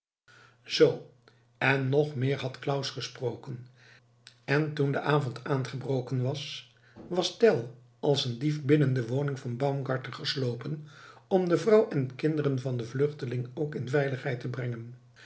zoo en nog meer had claus gesproken en toen de avond aangebroken was was tell als een dief binnen de woning van baumgarten geslopen om de vrouw en kinderen van den vluchteling ook in veiligheid te brengen